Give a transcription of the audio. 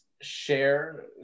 share